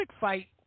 fight